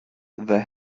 the